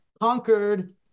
conquered